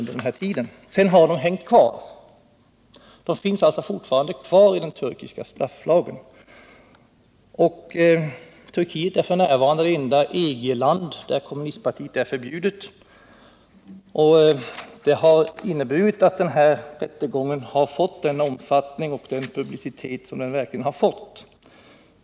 Sedan dess har paragraferna hängt kvar. De finns alltså fortfarande kvar i den turkiska strafflagen. Turkiet är f. n. det enda EG-land där det kommunistiska partiet är förbjudet, och det har inneburit att denna rättegång har erhållit den omfattning och den publicitet som den har fått.